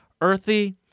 earthy